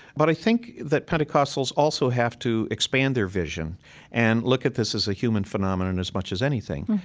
but i think that pentecostals also have to expand their vision and look at this as a human phenomenon as much as anything.